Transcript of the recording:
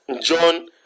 John